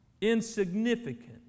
insignificant